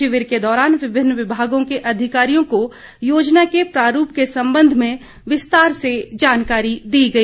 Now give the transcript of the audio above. शिविर के दौरान विभिन्न विमागों के अधिकाररियों को योजना के प्रारूप के संबंध में विस्तार से जानकारी दी गई